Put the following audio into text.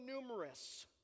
numerous